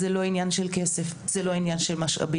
זה לא עניין של כסף, זה לא עניין של משאבים.